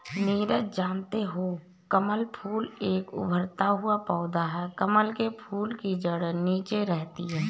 नीरज जानते हो कमल फूल एक उभरता हुआ पौधा है कमल के फूल की जड़े नीचे रहती है